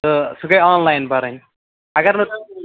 تہٕ سُہ گٔے آنلاین بَرٕنۍ اَگر نہٕ